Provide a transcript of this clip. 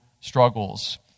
struggles